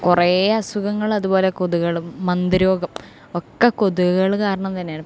കുറെ അസുഖങ്ങളതു പോലെ കൊതുകുകൾ മന്ത് രോഗമൊക്കെ കൊതുകുകൾ കാരണം തന്നെയാണ്